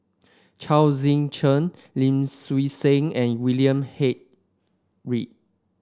Chao Tzee Cheng Lim Swee Say and William Head Read